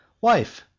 wife